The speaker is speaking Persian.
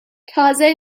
تازه